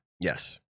Yes